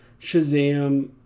Shazam